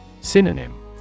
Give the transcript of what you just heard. Synonym